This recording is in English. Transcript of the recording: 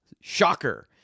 Shocker